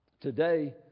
Today